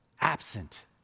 absent